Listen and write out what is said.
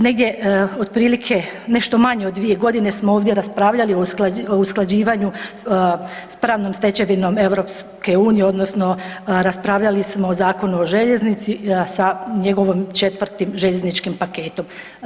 Negdje otprilike nešto manje od 2.g. smo ovdje raspravljali o usklađivanju s pravnom stečevinom EU odnosno raspravljali smo o Zakonu o željeznici sa njegovim četvrtim željezničkim paketom.